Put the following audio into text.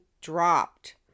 dropped